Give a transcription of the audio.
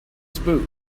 spoof